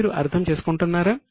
మీరు అర్థం చేసుకుంటున్నారా